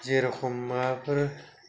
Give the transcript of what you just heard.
जेरखम माबाफोर